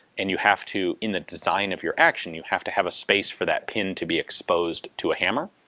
and you have to in the design of your action, you have to have a space for that pin to be exposed to a hammer.